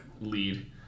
lead